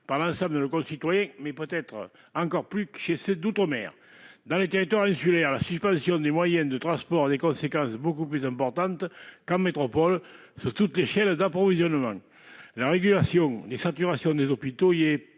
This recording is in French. par l'ensemble de nos concitoyens, mais peut-être encore plus par ceux de l'outre-mer. Dans les territoires insulaires, en effet, la suspension des moyens de transport a des conséquences beaucoup plus importantes qu'en métropole sur toutes les chaînes d'approvisionnement, et réguler la saturation des hôpitaux y est